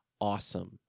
awesome